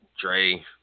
Dre